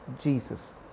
Jesus